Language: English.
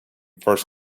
first